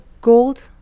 gold